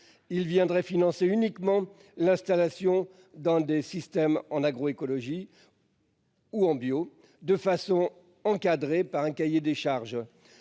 ils viendraient financer uniquement l'installation dans des systèmes en agro-écologie. Ou en bio de façon encadrée par un cahier des charges.